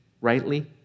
rightly